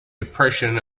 depression